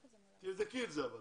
תבדקי את זה.